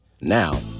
Now